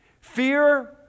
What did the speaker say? fear